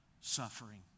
suffering